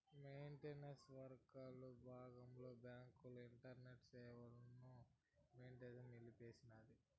maintenance వర్కల బాగంగా బాంకుల ఇంటర్నెట్ సేవలని ఎస్బీఐ నిలిపేసినాది